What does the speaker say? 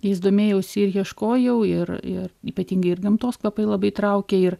jais domėjausi ir ieškojau ir ir ypatingai ir gamtos kvapai labai traukė ir